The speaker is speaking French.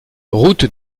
route